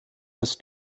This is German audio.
das